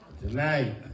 Tonight